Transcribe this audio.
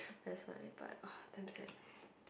that's why but !wah! damn sad